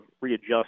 readjust